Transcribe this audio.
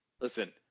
Listen